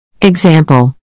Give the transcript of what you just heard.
Example